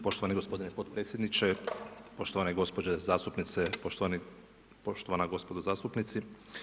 Poštovani gospodine podpredsjedniče, poštovane gospođe zastupnice, poštovana gospodo zastupnici.